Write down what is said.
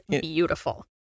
beautiful